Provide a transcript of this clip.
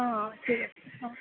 অঁ অঁ ঠিক আছে অঁ